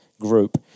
group